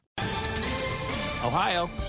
Ohio